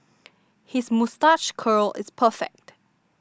his moustache curl is perfect